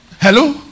Hello